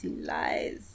lies